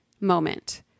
moment